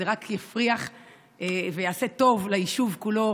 זה רק יפריח ויעשה טוב ליישוב כולו.